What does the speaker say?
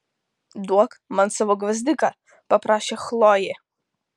duok man savo gvazdiką paprašė chlojė